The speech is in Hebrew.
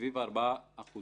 סביב ה-4%